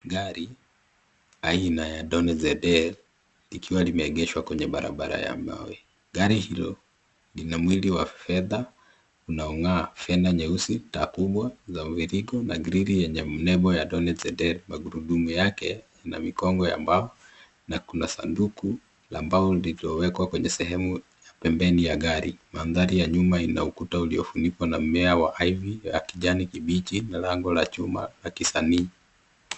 Gari aina ya Donnet-Zedel ikiwa limeegeshwa kwenye barabara ya mawe. Gari hilo lina mwili wa fedha unaong'aa fedha nyeusi, taa kubwa za mviringo na grilli yenye mnembo ya Donnet-Zedel magurudumu yake na mikongo ya mbao na kuna sanduku la mbao lililowekwa kwenye sehemu ya pembeni ya gari. Mandhari ya nyuma ina ukuta uliofunikwa na mmea wa Ivy ya kijani kibichi na lango la chuma la kisanii.